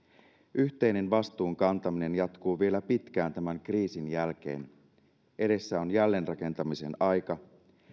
yhteinen vastuun kantaminen jatkuu vielä pitkään tämän kriisin jälkeen edessä on jälleenrakentamisen aika